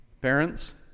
Parents